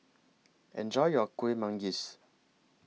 Enjoy your Kueh Manggis